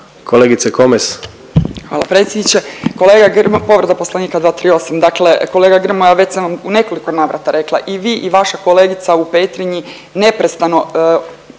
Kolegice Komes.